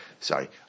Sorry